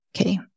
Okay